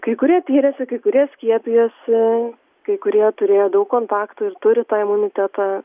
kai kurie tyrėsi kai kurie skiepijosi kai kurie turėjo daug kontaktų ir turi tą imunitetą